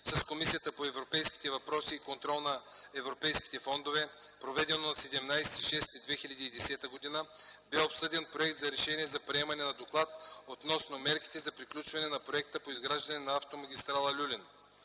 с Комисията по европейските въпроси и контрол на европейските фондове, проведено на 17.06.2010 г., бе обсъден Проект за решение за приемане на Доклад относно мерките за приключване на проекта по изграждане на автомагистрала „Люлин”.